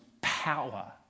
power